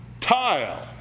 tile